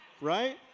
right